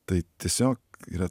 tai tiesiog yra